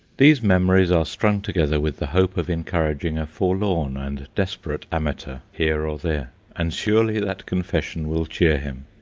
these memories are strung together with the hope of encouraging a forlorn and desperate amateur here or there and surely that confession will cheer him.